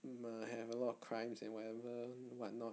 might have a lot of crimes and whatever what not